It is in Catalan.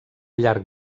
llarg